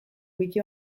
wiki